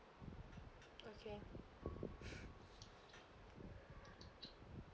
okay